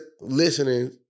listening